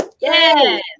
Yes